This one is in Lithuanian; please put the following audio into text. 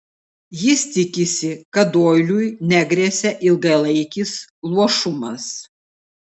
jis tikisi kad doiliui negresia ilgalaikis luošumas